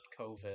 covid